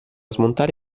smontare